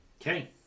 Okay